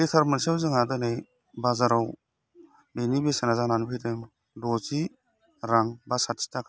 litre मोनसेयाव जोंहा दिनै बाजारव बेनि बेसेना जानानै फैदों दजि रां बा साथि टाका